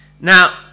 Now